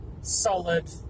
solid